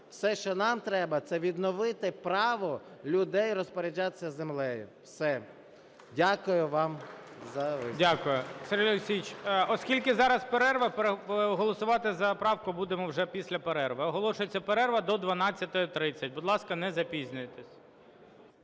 Все, що нам треба, це відновити право людей розпоряджатися землею. Все. Дякую вам. ГОЛОВУЮЧИЙ. Дякую. Сергій Олексійович, оскільки зараз перерва, голосувати за правку будемо вже після перерви. Оголошується перерва до 12:30. Будь ласка, не запізнюйтесь.